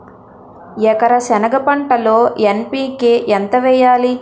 ఎకర సెనగ పంటలో ఎన్.పి.కె ఎంత వేయాలి?